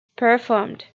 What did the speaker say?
performed